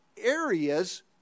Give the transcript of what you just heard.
areas